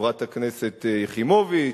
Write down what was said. חברת הכנסת יחימוביץ,